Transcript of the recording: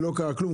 לא קרה כלום.